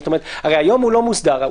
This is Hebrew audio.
היום הוא לא מוסדר.